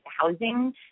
housing